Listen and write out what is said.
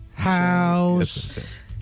house